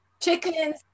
chickens